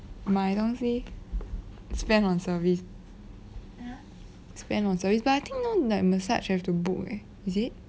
买东西 spend on service spend on service but I think now like massage have to book leh is it